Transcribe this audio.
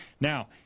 Now